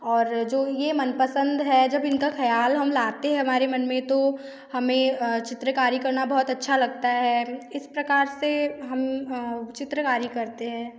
और जो ये मनपसंद है जब इनका ख़याल हम लाते हैं हमारे मन में तो हमें चित्रकारी करना बहुत अच्छा लगता है इस प्रकार से हम चित्रकारी करते हैं